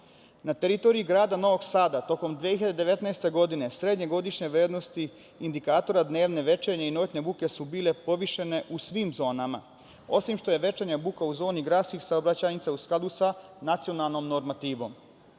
Na teritoriji grada Novog Sada tokom 2019. godine srednje godišnje vrednosti indikatora dnevne, večernje i noćne buke su bile povišene u svim zonama, osim što je večernja buka u zoni gradskih saobraćajnica u skladu sa nacionalnom normativom. Ako